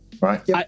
right